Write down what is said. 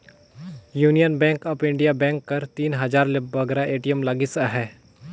union bank of India bank कर तीन हजार ले बगरा ए.टी.एम लगिस अहे